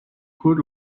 could